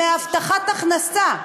מהבטחת הכנסה.